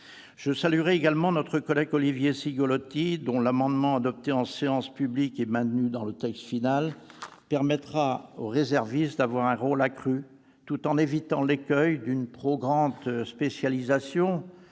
Je salue également notre collègue Olivier Cigolotti, dont l'amendement adopté en séance publique et maintenu dans le texte final permettra aux réservistes d'avoir un rôle accru, tout en évitant l'écueil d'une spécialisation